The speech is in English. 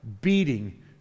beating